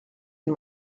une